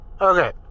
Okay